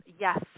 yes